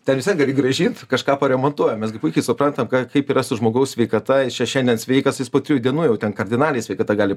ten vis vien gali grąžint kažką paremontuojam mes gi puikiai suprantam kaip yra su žmogaus sveikata šia šiandien sveikas jis po trijų dienų jau ten kardinaliai sveikata gali